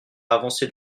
avancer